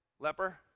Leper